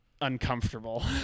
uncomfortable